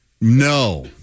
No